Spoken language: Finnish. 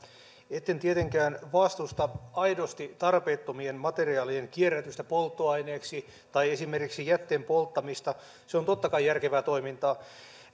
etten tietenkään vastusta aidosti tarpeettomien materiaalien kierrätystä polttoaineeksi tai esimerkiksi jätteen polttamista se on totta kai järkevää toimintaa